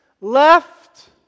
left